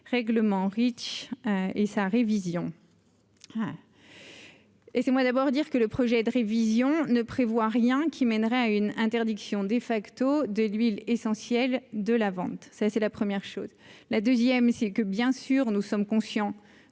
règlement Reach et sa révision et c'est moi d'abord dire que le projet de révision ne prévoit rien qui mènerait à une interdiction de facto de l'huile essentiel de la vente, c'est, c'est la première chose, la 2ème, c'est que bien sûr nous sommes conscients